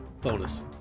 Bonus